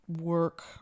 work